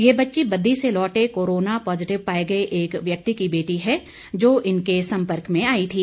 ये बच्ची बद्दी से लौटे कोरोना पॉजिटिव पाए गए एक व्यक्ति की बेटी है जो इनके सम्पर्क में आई थी